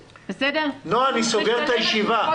זה חשוב, ככל שיהיו יותר בדיקות